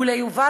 וליובל,